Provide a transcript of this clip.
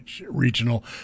regional